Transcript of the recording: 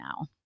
now